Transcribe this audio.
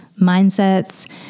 mindsets